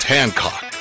Hancock